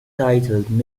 titled